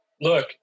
look